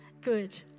Good